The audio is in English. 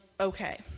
okay